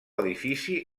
edifici